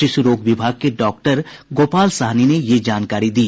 शिशु रोग विभाग के डॉक्टर गोपाल सहनी ने ये जानकारी दी